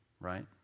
right